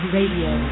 Radio